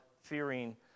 fearing